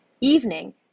evening